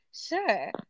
Sure